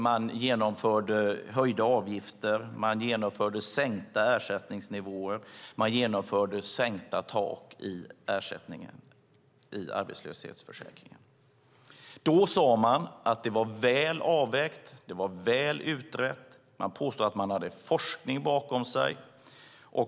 Man genomförde höjda avgifter. Man genomförde sänkta ersättningsnivåer. Man genomförde sänkta tak i arbetslöshetsförsäkringen. Man påstod att man hade forskning bakom sig.